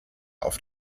auf